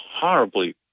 horribly